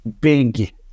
big